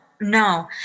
no